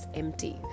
empty